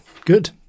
Good